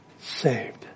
saved